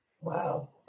Wow